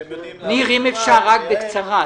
שהם יודעים --- ניר, אם אפשר, רק בקצרה.